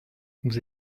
vous